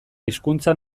hizkuntza